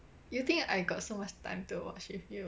you think I got so much time to watch with you